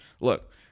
look